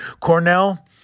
Cornell